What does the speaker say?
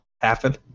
happen